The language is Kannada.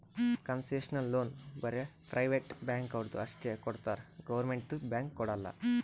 ಕನ್ಸೆಷನಲ್ ಲೋನ್ ಬರೇ ಪ್ರೈವೇಟ್ ಬ್ಯಾಂಕ್ದವ್ರು ಅಷ್ಟೇ ಕೊಡ್ತಾರ್ ಗೌರ್ಮೆಂಟ್ದು ಬ್ಯಾಂಕ್ ಕೊಡಲ್ಲ